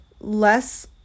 less